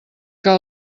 que